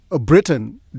Britain